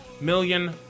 Million